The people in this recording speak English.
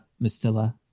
Mistilla